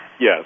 Yes